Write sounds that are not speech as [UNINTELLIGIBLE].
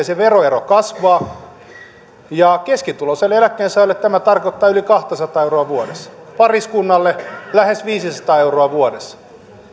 [UNINTELLIGIBLE] se veroero kasvaa keskituloiselle eläkkeensaajalle tämä tarkoittaa yli kahtasataa euroa vuodessa pariskunnalle lähes viisisataa euroa vuodessa